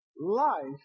life